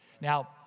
Now